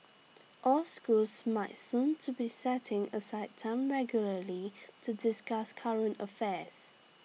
all schools might soon to be setting aside time regularly to discuss current affairs